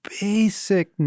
basic